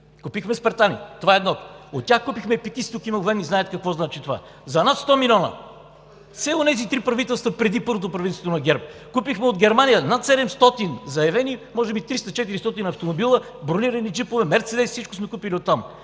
Купихме спартани, това е едно. От тях купихме ПКИС – тук има военни, знаят какво значи това, за над 100 милиона. Все онези три правителства преди първото правителство на ГЕРБ. Купихме от Германия над 700 заявени, може би 300 – 400 автомобила – бронирани джипове, мерцедеси, всичко сме купили оттам.